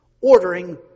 ordering